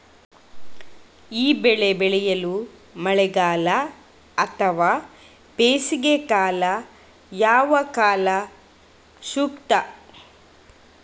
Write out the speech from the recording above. ಈ ಬೆಳೆ ಬೆಳೆಯಲು ಮಳೆಗಾಲ ಅಥವಾ ಬೇಸಿಗೆಕಾಲ ಯಾವ ಕಾಲ ಸೂಕ್ತ?